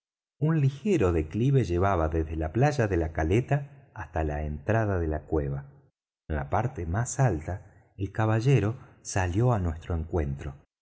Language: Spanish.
un ligero declive llevaba desde la playa de la caleta hasta la entrada de la cueva en la parte más alta el caballero salió á nuestro encuentro